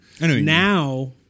Now